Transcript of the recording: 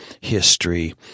history